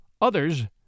OTHERS